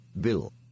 Bill